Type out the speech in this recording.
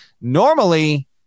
normally